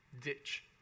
ditch